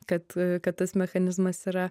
kad kad tas mechanizmas yra